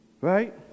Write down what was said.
Right